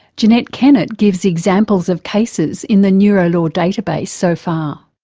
jeanette kennett gives examples of cases in the neurolaw database so far.